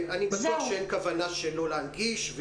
אני בטוח שאין כוונה שלא להגיש.